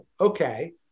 okay